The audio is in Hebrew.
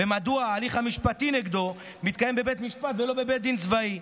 מדוע ההליך המשפטי נגדו מתקיים בבית משפט ולא בבית דין צבאי?